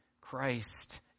Christ